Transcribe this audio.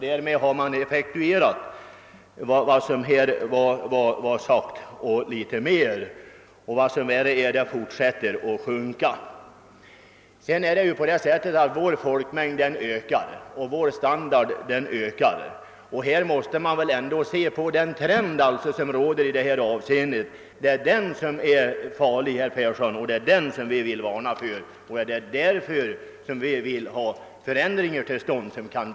Därmed har man effektuerat vad som var sagt i 1967 års jordbruksbeslut och litet därutöver, och det som i fortsättningen inträffar innebär alltså att djurstammen minskas ytterligare. Samtidigt ökar emellertid vår folkmängd och standard. Därför är det för folkhushållet absolut nödvändigt med förändringar som kan vända den nuvarande trenden inom mjölkproduktionen.